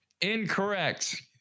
Incorrect